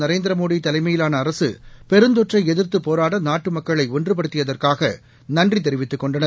நரேந்திர மோடி தலைமையிலான அரசு பெருந்தொற்றை எதிர்த்து போராட நாட்டு மக்களை ஒன்றுபடுத்தியதற்காக நன்றி தெரிவித்துக் கொண்டனர்